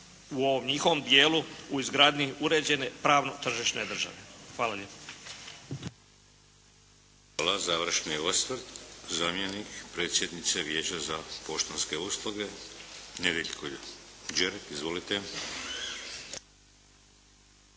u ovom njihovom dijelu u izgradnji uređene pravno-tržišne države. Hvala lijepo. **Šeks, Vladimir (HDZ)** Hvala. Završni osvrt. zamjenik predsjednice Vijeća za poštanske usluge, Nedjeljko Đerek. Izvolite.